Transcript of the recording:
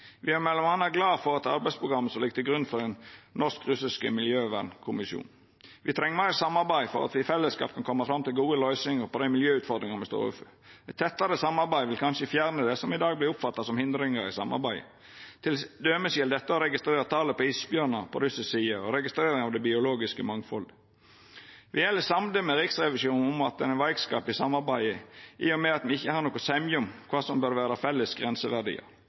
er m.a. glade for eit arbeidsprogram som ligg til grunn for den norsk-russiske miljøvernkommisjonen. Me treng meir samarbeid for at me i fellesskap kan koma fram til gode løysingar på dei miljøutfordringane me står overfor. Eit tettare samarbeid vil kanskje fjerna det som i dag vert oppfatta som hindringar i samarbeidet. Til dømes gjeld dette å registrera talet på isbjørnar på russisk side og registrering av det biologiske mangfaldet. Me er elles samde med Riksrevisjonen i at det er ein veikskap i samarbeidet, i og med at me ikkje har noko semje om kva som bør vera felles